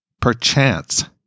perchance